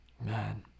man